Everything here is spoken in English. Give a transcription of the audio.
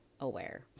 aware